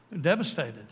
devastated